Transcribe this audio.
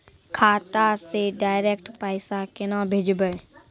खाता से डायरेक्ट पैसा केना भेजबै?